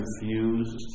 confused